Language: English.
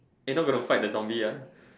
eh not going to fight the zombie ah